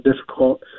difficult